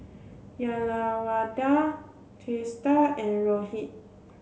Uyyalawada Teesta and Rohit